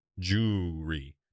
Jewry